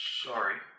Sorry